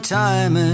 time